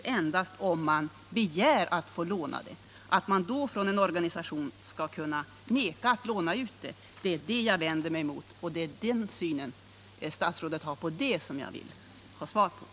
Men om man begär att få låna det, skall organisationen då kunna vägra att låna ut det? Det är den saken jag vänder mig mot, och jag ville ha statsrådets syn på den saken.